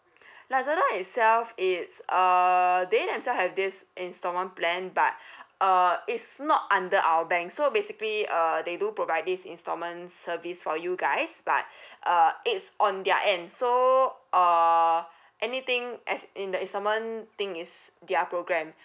lazada itself it's uh they themselves have this instalment plan but uh it's not under our bank so basically uh they do provide this instalment service for you guys but uh it's on their end so uh anything as in the installment thing is their program